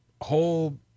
whole